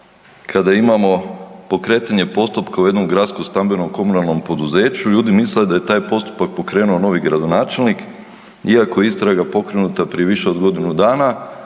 kada imamo pokretanje postupka u jednom gradskom stambenom komunalnom poduzeću, ljudi misle da je taj postupak pokrenuo novi gradonačelnik iako je istraga pokrenuta prije više od godinu dana